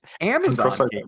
Amazon